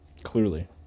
Clearly